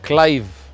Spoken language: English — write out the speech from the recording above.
Clive